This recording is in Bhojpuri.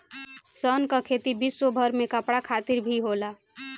सन कअ खेती विश्वभर में कपड़ा खातिर भी होला